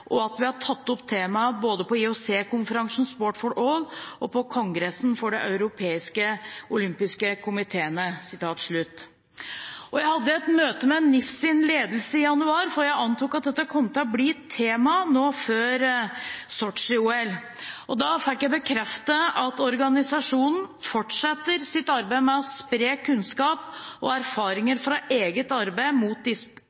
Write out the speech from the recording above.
og at vi også har tatt opp temaet både på IOCs konferanse «Sport for All» og på kongress for de europeiske olympiske komiteer.» Jeg hadde et møte med NIFs ledelse i januar, for jeg antok at dette kom til å bli et tema nå før Sotsji-OL. Da fikk jeg bekreftet at organisasjonen fortsetter sitt arbeid med å spre kunnskap og